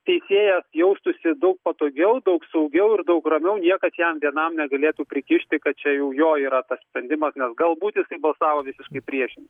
teisėjas jaustųsi daug patogiau daug saugiau ir daug ramiau niekas jam vienam negalėtų prikišti kad čia jau jo yra tas sprendimas nes gal būt jisai balsavo visiškai priešingai